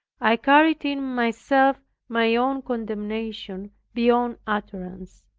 i carried in myself my own condemnation beyond utterance.